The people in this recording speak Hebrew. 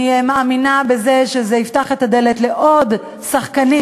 אני מאמינה שחוק זה יפתח את הדלת לעוד שחקנים,